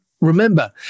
remember